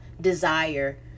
desire